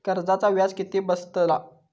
कर्जाचा व्याज किती बसतला?